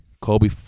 Kobe